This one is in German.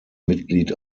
mitglied